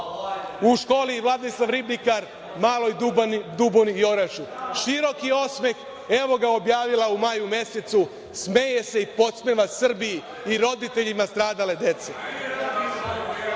u školi „Vladislav Ribnikar“, Maloj Duboni i Orašju. Široki osmeh, evo ga, objavila u maju mesecu, smeje se i podsmeva Srbiji i roditeljima stradale dece. Ono